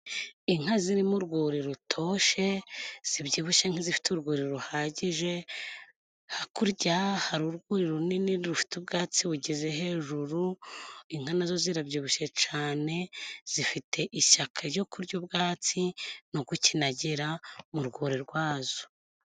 Inka ziri mu rwuri rutoshe zibyibushye nk'izifite ururwuri ruhagije, hakurya hari urwuri runini rufite ubwatsi bugeze hejuru, inka nazo zirabyibushe cane zifite ishyaka ryo kurya ubwatsi no gukinagira mu rwuri rwazo.